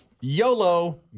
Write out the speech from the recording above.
YOLO